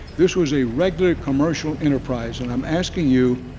this was a regular commercial enterprise and i'm asking you,